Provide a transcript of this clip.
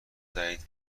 دهید